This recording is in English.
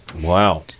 Wow